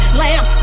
lamb